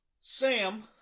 Sam